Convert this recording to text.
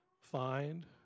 find